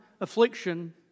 affliction